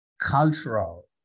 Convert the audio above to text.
cultural